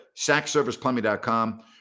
sackserviceplumbing.com